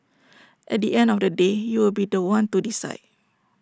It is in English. at the end of the day you will be The One to decide